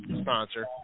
sponsor